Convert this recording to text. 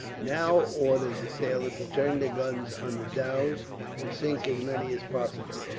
now ordered the sailors to turn their guns on the dhows and sink as many as possible.